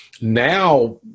now